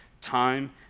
time